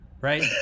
right